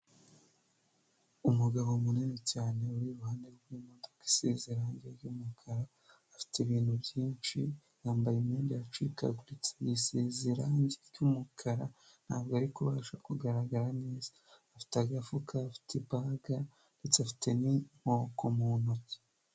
Umugabo munini cyane uri iruhande rw'imodoka iseze irangi ry'umukara afite ibintu byinshi, yambaye imyenda yacikaguritse yisize irangi ry'mukara ntabwo ari kubasha kugaragara neza, afite agafuka faite ibaga ndetse afite n'inkoko mu ntoki.